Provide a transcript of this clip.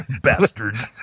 Bastards